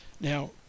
Now